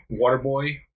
Waterboy